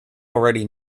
already